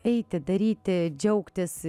eiti daryti džiaugtis